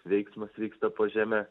veiksmas vyksta po žeme